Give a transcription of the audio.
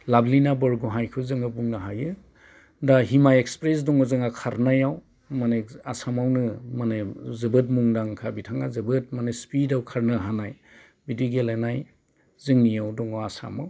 लाबलिना बरगहायखौ बुंनो हायो दा हिमा एक्सप्रेस दङ जोंना खारनायाव आसामावनो माने जोबोद मुंदांखा बिथांआ जोबोद स्पिदाव खारनो हानाय बिदि गेलेनो हानाय जोंनिआव दङ आसामाव